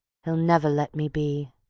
he'll never let me be.